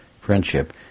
friendship